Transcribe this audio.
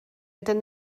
ydyn